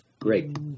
Great